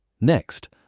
Next